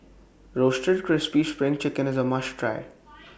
Roasted Crispy SPRING Chicken IS A must Try